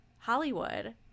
Hollywood